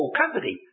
company